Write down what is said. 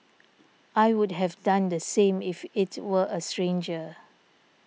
I would have done the same if it were a stranger